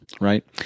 right